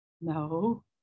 No